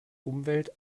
umwelt